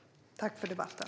Tack för debatten!